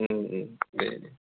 दे दे